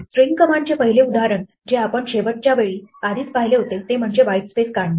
string कमांडचे पहिले उदाहरण जे आपण शेवटच्या वेळी आधीच पाहिले होते ते म्हणजे व्हाईटस्पेस काढणे